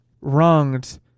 wronged